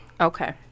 Okay